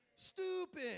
stupid